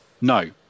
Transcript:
No